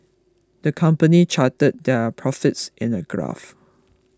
the company charted their profits in a graph